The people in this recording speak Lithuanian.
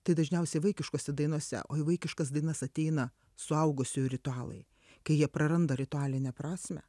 tai dažniausiai vaikiškose dainose o į vaikiškas dainas ateina suaugusiųjų ritualai kai jie praranda ritualinę prasmę